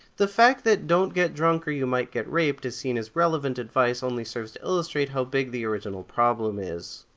the fact that don't get drunk or you might be raped is seen as relevant advice only serves to illustrate how big the original problem is.